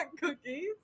cookies